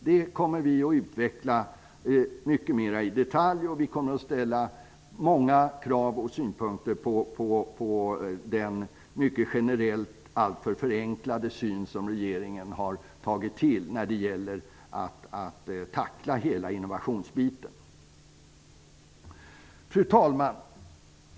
Vi kommer att utveckla det mycket mera i detalj, och vi kommer att ställa många krav och framföra synpunkter på den mycket generella och alltför förenklade syn som regeringen har när det gäller att tackla hela innovationsbiten. Fru talman!